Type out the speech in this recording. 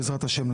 בעזרת השם,